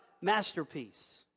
masterpiece